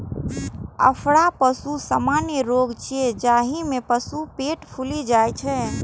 अफरा पशुक सामान्य रोग छियै, जाहि मे पशुक पेट फूलि जाइ छै